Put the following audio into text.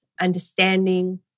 understanding